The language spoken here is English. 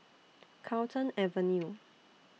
Carlton Avenue